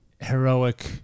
heroic